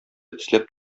эзләп